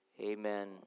Amen